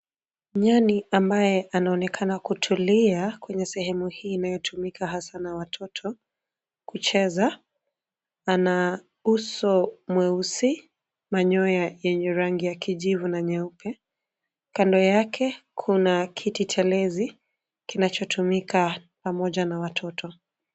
Nyani ambaye anaonekana kutulia kwenye sehemu hii inayotumika hasa na watoto kucheza, ana uso mweusi manyoya yenye rangi ya kijivu na nyeupe, kando yake kuna kiti cha lezi kinachotumika pamoja na watoto.